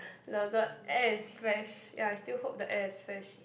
the the air is fresh ya I still hope the air is fresh